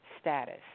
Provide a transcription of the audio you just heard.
status